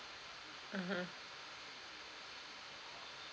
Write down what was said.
mmhmm